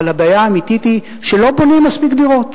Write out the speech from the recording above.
אבל הבעיה האמיתית היא שלא בונים מספיק דירות.